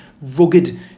rugged